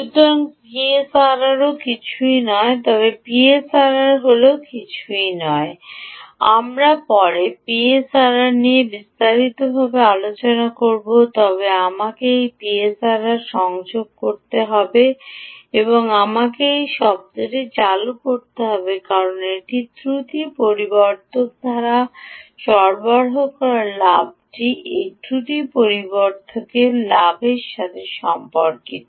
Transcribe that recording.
সুতরাং পিএসআরআর কিছুই নয় আমরা পরে পিএসআরআর নিয়ে বিস্তারিত আলোচনা করব তবে আমাকে এই পিএসআরআর সংযোগ করতে হবে আমাকে এই শব্দটি চালু করতে হবে কারণ এটি ত্রুটি পরিবর্ধক দ্বারা সরবরাহ করা লাভটি এই ত্রুটি পরিবর্ধকটির লাভের সাথে সম্পর্কিত